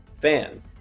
fan